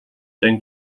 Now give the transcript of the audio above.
dann